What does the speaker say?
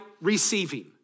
receiving